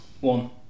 one